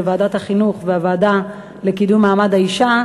ועדת החינוך והוועדה לקידום מעמד האישה,